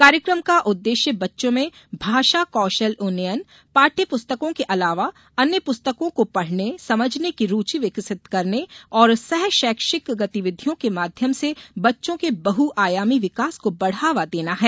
कार्यकम का उद्देश्य बच्चों में भाषा कौशल उन्नयन पाठ्य पुस्तकों के अलावा अन्य पुस्तकों को पढ़ने समझने की रुचि विकसित करने और सह शैक्षिक गतिविधियों के माध्यम से बच्चों के बहु आयामी विकास को बढावा देना है